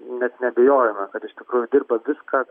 net neabejojama kad iš tikrųjų dirba viską